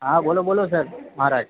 હા બોલો બોલો સર મહારાજ